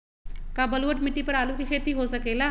का बलूअट मिट्टी पर आलू के खेती हो सकेला?